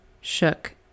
shook